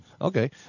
Okay